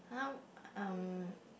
!huh! um